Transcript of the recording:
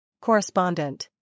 Correspondent